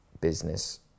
business